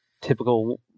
typical